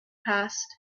passed